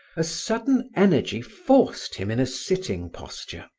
a sudden energy forced him in a sitting posture.